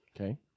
Okay